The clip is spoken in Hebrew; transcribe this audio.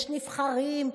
יש נבחרים,